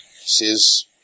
says